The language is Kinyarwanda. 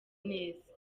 neza